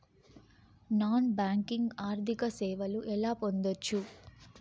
Non banking ఆర్థిక సేవలు ఎలా పొందొచ్చు?